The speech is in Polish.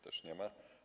Też nie ma?